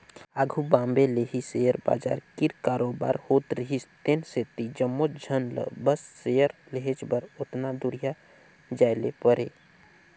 आघु बॉम्बे ले ही सेयर बजार कीर कारोबार होत रिहिस तेन सेती जम्मोच झन ल बस सेयर लेहेच बर ओतना दुरिहां जाए ले परे